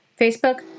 Facebook